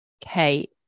Kate